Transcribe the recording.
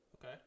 okay